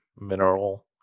mineral